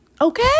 Okay